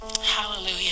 Hallelujah